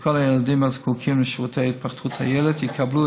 שכל הילדים הזקוקים לשירותי התפתחות הילד יקבלו